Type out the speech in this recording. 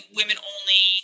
women-only